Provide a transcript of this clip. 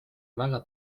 väga